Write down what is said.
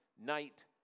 night